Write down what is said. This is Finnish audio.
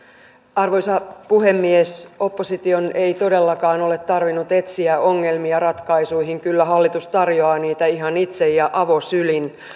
arvoisa puhemies opposition ei todellakaan ole tarvinnut etsiä ongelmia ratkaisuihin kyllä hallitus tarjoaa niitä ihan itse ja avosylin